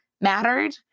mattered